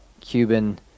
Cuban